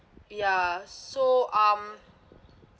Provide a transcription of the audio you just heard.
ya so um